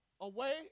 away